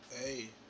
Hey